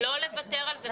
לא לוותר על זה.